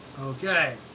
Okay